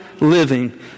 living